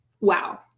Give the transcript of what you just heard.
Wow